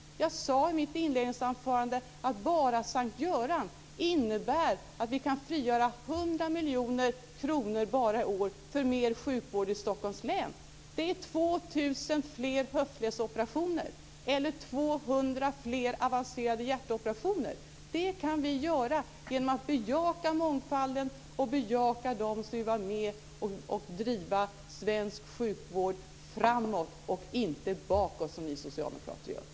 Jag sade i mitt inledningsanförande att bara S:t Göran innebär att vi kan frigöra 100 miljoner kronor i år för mer sjukvård i Stockholms län. Det är 2 000 fler höftledsoperationer eller 200 fler avancerade hjärtoperationer. Det kan vi göra genom att bejaka mångfalden och de som vill vara med och driva svensk sjukvård framåt, och inte bakåt som ni socialdemokrater gör.